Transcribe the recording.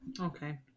Okay